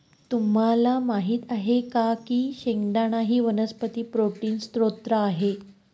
तुम्हाला माहित आहे का की शेंगदाणा ही वनस्पती प्रोटीनचे स्त्रोत आहे